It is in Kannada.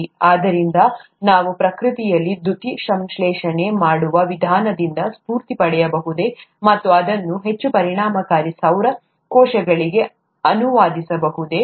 ಆದ್ದರಿಂದ ನಾವು ಪ್ರಕೃತಿಯಲ್ಲಿ ದ್ಯುತಿಸಂಶ್ಲೇಷಣೆ ಮಾಡುವ ವಿಧಾನದಿಂದ ಸ್ಫೂರ್ತಿ ಪಡೆಯಬಹುದೇ ಮತ್ತು ಅದನ್ನು ಹೆಚ್ಚು ಪರಿಣಾಮಕಾರಿ ಸೌರ ಕೋಶಗಳಿಗೆ ಅನುವಾದಿಸಬಹುದೇ